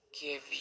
Give